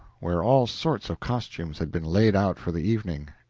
where all sorts of costumes had been laid out for the evening,